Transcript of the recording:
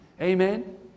Amen